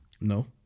No